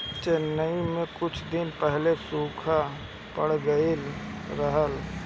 चेन्नई में कुछ दिन पहिले सूखा पड़ गइल रहल